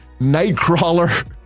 nightcrawler